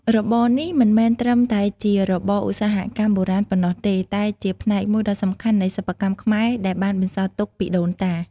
របរនេះមិនមែនត្រឹមតែជារបរឧស្សាហកម្មបុរាណប៉ុណ្ណោះទេ តែជាផ្នែកមួយដ៏សំខាន់នៃសិប្បកម្មខ្មែរដែលបានបន្សល់ទុកពីដូនតា។